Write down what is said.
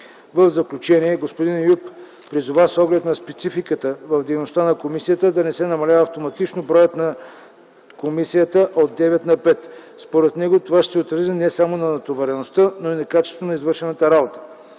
В заключение господин Еюп призова, с оглед на спецификата в дейността на комисията, да не се намалява автоматично броя на комисията от 9 на 5. Според него това ще се отрази не само на натовареността, но и на качеството на извършваната работа.